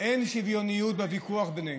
אין שוויוניות בוויכוח בינינו,